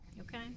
Okay